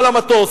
המטוס,